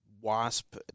WASP